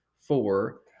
four